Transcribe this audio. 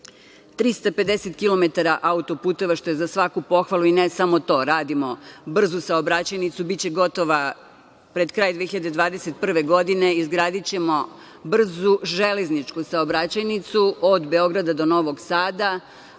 350 km autoputeva, što je za svaku pohvalu i ne samo to. Radimo brzu saobraćajnicu, biće gotova pred kraj 2021. godine. Izgradićemo brzu železničku saobraćajnicu od Beograda do Novog Sada,